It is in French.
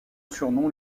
surnom